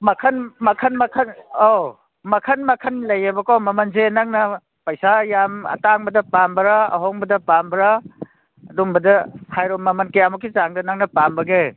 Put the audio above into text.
ꯃꯈꯟ ꯃꯈꯟ ꯃꯈꯟ ꯑꯣ ꯃꯈꯟ ꯃꯈꯟ ꯂꯩꯌꯦꯕꯀꯣ ꯃꯃꯟꯁꯦ ꯅꯪꯅ ꯄꯩꯁꯥ ꯌꯥꯝ ꯑꯇꯥꯡꯕꯗ ꯄꯥꯝꯕ꯭ꯔꯥ ꯑꯍꯣꯡꯕꯗ ꯄꯥꯝꯕ꯭ꯔꯥ ꯑꯗꯨꯝꯕꯗ ꯍꯥꯏꯔꯣ ꯃꯃꯜ ꯀꯌꯥꯃꯨꯛꯀꯤ ꯆꯥꯡꯗ ꯅꯪꯅ ꯄꯥꯝꯕꯒꯦ